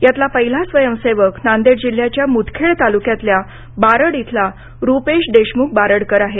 यातला पहिला स्वयसेवक नांदेड जिल्ह्य़ाच्या मुदखेड तालुक्यातल्या बारड इथला रूपेश देशमुख बारडकर आहे